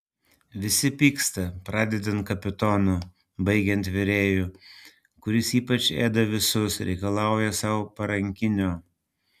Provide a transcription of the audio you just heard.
visi pyksta pradedant kapitonu baigiant virėju kuris ypač ėda visus reikalauja sau parankinio